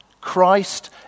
Christ